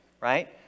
right